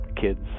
kids